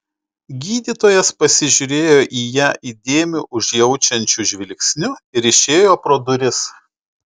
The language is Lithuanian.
gydytojas pasižiūrėjo į ją įdėmiu užjaučiančiu žvilgsniu ir išėjo pro duris